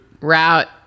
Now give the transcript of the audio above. Route